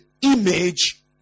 image